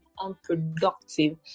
Unproductive